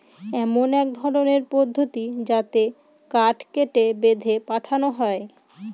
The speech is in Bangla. এমন এক ধরনের পদ্ধতি যাতে কাঠ কেটে, বেঁধে পাঠানো হয়